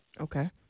Okay